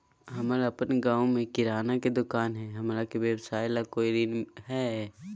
हमर अपन गांव में किराना के दुकान हई, हमरा के व्यवसाय ला कोई ऋण हई?